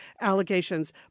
allegations